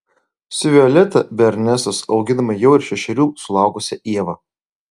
su violeta be ernestos auginame jau ir šešerių sulaukusią ievą